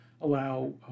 allow